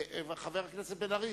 חבר הכנסת בן-ארי,